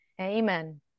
Amen